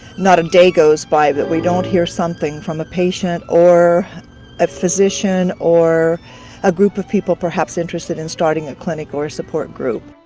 not a day goes by that we don't hear something from a patient or a physician, or a group of people perhaps interested in starting a clinic or a support group.